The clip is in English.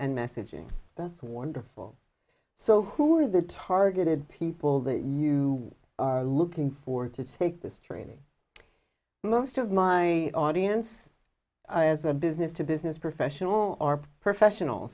and messaging that's wonderful so who are the targeted people that you are looking for to take this training most of my audience as a business to business professional or professional